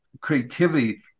creativity